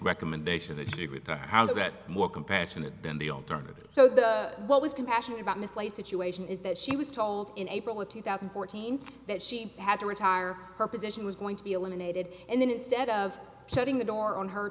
recommendation that you see with the house is that more compassionate than the alternative so the what was compassionate about mislay situation is that she was told in april of two thousand and fourteen that she had to retire her position was going to be eliminated and then instead of shutting the door on her